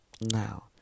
Now